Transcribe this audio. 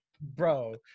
Bro